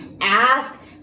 Ask